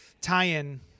tie-in